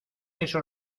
esos